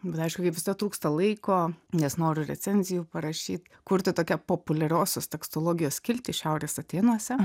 bet aišku kaip visada trūksta laiko nes noriu recenzijų parašyt kurti tokią populiariosios tekstologijos skiltį šiaurės atėnuose